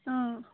অঁ